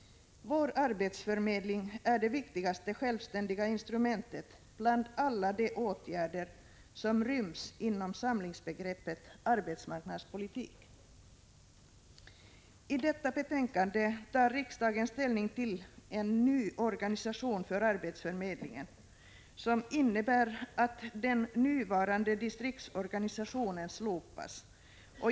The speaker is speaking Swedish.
Vår arbetsförmedling är det viktigaste självständiga instrumentet bland alla de åtgärder som ryms inom samlingsbegreppet arbetsmarknadspolitik. I detta betänkande tar riksdagen ställning till en ny organisation för arbetsförmedlingen, som innebär att den nuvarande distriktsorganisationen slopas.